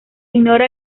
ignora